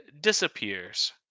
disappears